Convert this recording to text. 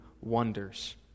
wonders